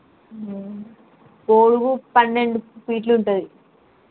పొడవు పన్నెండు ఫీట్లు ఉంటుంది